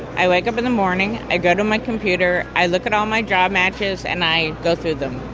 i wake up in the morning, i go to my computer, i look at all my job matches and i go through them.